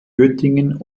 göttingen